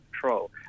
control